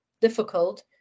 difficult